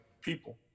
people